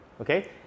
okay